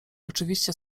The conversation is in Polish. oczywiście